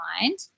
mind